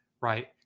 right